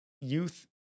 youth